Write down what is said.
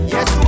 Yes